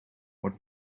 what